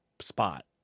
spot